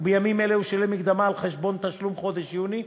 ובימים אלה הוא שילם מקדמה על חשבון תשלום חודש יוני.